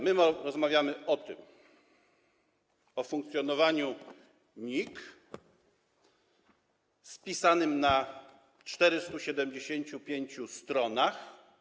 My rozmawiamy o tym, o funkcjonowaniu NIK spisanym na 475 stronach.